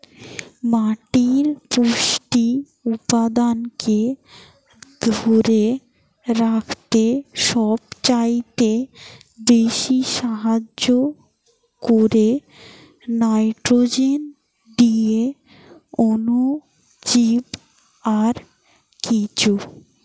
মাটির পুষ্টি উপাদানকে ধোরে রাখতে সবচাইতে বেশী সাহায্য কোরে নাইট্রোজেন দিয়ে অণুজীব আর কেঁচো